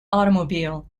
automobile